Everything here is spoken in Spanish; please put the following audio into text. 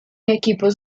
equipos